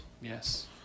Yes